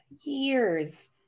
years